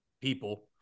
people